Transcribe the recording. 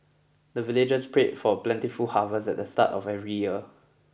the villagers pray for plentiful harvest at the start of every year